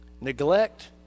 Neglect